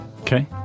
Okay